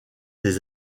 des